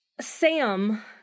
Sam